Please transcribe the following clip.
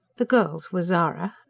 the girls were zara,